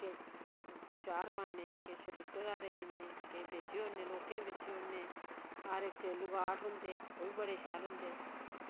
ते किश अचार पान्ने किश रिश्तेदारें गी दिन्ने किश बेची उड़ने लोकें गी बेची उड़ने हर इक चीज लगाठ होंदे ओह् बी बड़े शैल होंदे